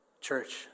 Church